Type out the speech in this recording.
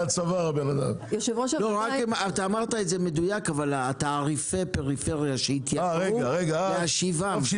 את התעריפים בפריפריה שהתייקרו למצב שלפני הרפורמה.